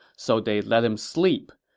so they let him sleep,